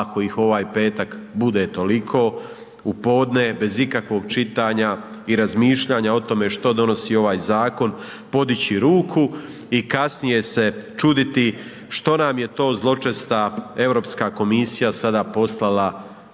ih ovak petak bude toliko, u podne bez ikakvog čitanja i razmišljanja o tome što donosi ovaj zakon, podići ruku i kasnije se čuditi što nam je to zločesta Europska komisija sada poslala